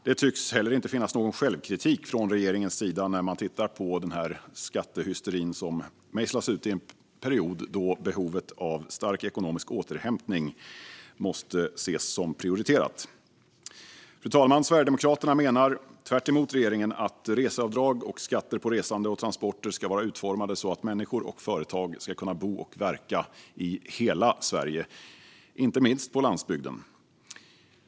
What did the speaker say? Det tycks inte heller finnas någon självkritik från regeringens sida när vi tittar på denna skattehysteri som mejslas ut i en period då en stark ekonomisk återhämtning måste ses som prioriterad. Fru talman! Sverigedemokraterna menar tvärtemot regeringen att reseavdrag och skatter på resande och transporter ska vara utformade så att människor och företag ska kunna bo och verka i hela Sverige, inte minst på landsbygden.